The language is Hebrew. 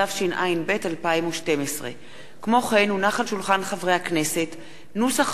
התשע"ב 2012. כמו כן הונח על שולחן הכנסת נוסח